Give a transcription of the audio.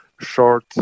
short